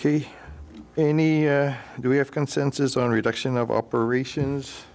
to any do we have consensus on reduction of operations